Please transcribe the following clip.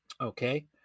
okay